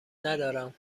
ندارم